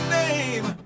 name